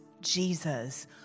Jesus